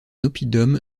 oppidum